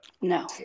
No